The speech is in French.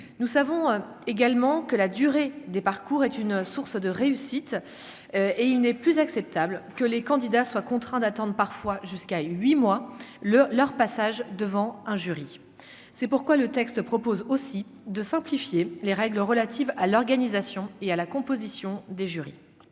nous savons également que la durée des parcours est une source de réussite et il n'est plus acceptable que les candidats soient contraints d'attendre parfois jusqu'à 8 mois le leur passage devant un jury, c'est pourquoi le texte propose aussi de simplifier les règles relatives à l'organisation et à la composition des jurys.